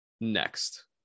next